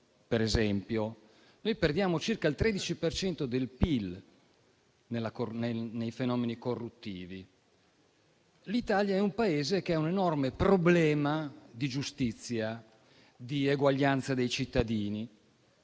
per esempio. Noi perdiamo circa il 13 per cento del PIL nei fenomeni corruttivi. L'Italia è un Paese che ha un enorme problema di giustizia, di eguaglianza dei cittadini.